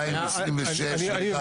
בשנת 2026 זה כבר